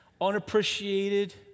unappreciated